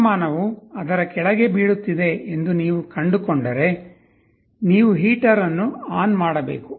ತಾಪಮಾನವು ಅದರ ಕೆಳಗೆ ಬೀಳುತ್ತಿದೆ ಎಂದು ನೀವು ಕಂಡುಕೊಂಡರೆ ನೀವು ಹೀಟರ್ ಅನ್ನು ಆನ್ ಮಾಡಬೇಕು